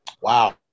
wow